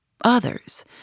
Others